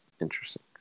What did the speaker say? Interesting